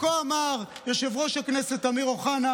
כה אמר יושב-ראש הכנסת אמיר אוחנה.